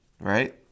right